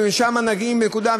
ומשם מגיעים לנקודה.